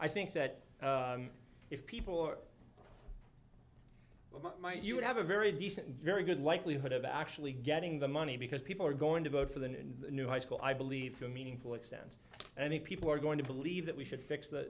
i think that if people are oh my you would have a very decent very good likelihood of actually getting the money because people are going to vote for the new high school i believe meaningful extent many people are going to believe that we should fix the